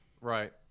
Right